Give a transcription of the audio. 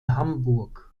hamburg